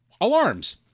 alarms